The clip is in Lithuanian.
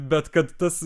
bet kad tas